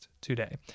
today